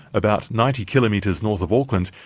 about ninety kilometres north of auckland,